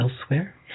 elsewhere